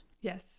Yes